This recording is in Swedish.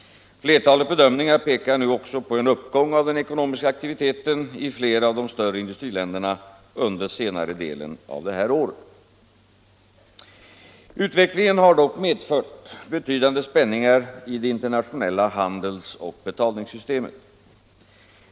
Flertalet bedömningar pekar nu också på en uppgång av den ekonomiska aktiviteten i flera av de större industriländerna under senare delen av det här året. Utvecklingen har dock medfört betydande spänningar i det internationella handelsoch betalningssystemet.